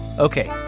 ok,